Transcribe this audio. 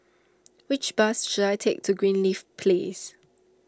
which bus should I take to Greenleaf Place